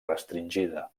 restringida